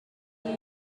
used